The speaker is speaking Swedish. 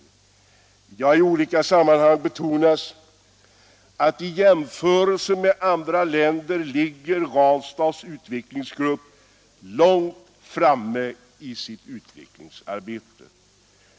Det har i olika sammanhang betonats att i jämförelse med andra länder ligger Ranstads utvecklingsgrupp långt framme i sitt utvecklingsarbete.